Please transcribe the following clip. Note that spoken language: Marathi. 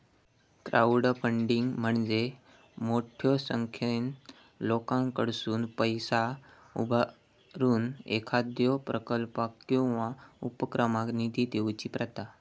क्राउडफंडिंग म्हणजे मोठ्यो संख्येन लोकांकडसुन पैसा उभारून एखाद्यो प्रकल्पाक किंवा उपक्रमाक निधी देऊची प्रथा